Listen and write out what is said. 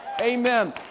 Amen